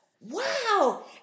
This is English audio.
wow